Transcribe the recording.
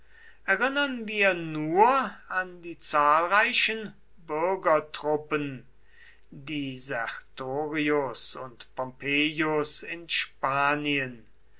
erinnern wir nur an die zahlreichen bürgertruppen die sertorius und pompeius in spanien